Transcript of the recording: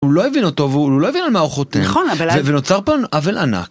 הוא לא הבין אותו, והוא לא הבין על מה הוא חותך. נכון אבל... ונוצר פה עוול ענק.